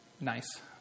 nice